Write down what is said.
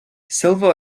silvio